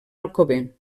alcover